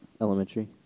Elementary